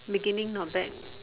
beginning not bad